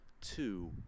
two